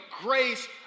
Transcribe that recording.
grace